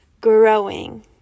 growing